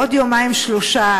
בעוד יומיים-שלושה,